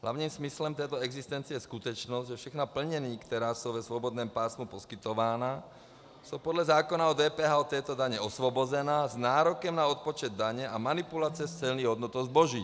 Hlavním smyslem této existence je skutečnost, že všechna plnění, která jsou ve svobodném pásmu poskytována, jsou podle zákona o DPH od této daně osvobozena s nárokem na odpočet daně a manipulace s celní hodnotou zboží.